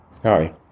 hi